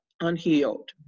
unhealed